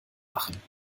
machen